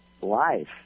life